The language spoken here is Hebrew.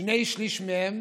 שני-שלישים מהם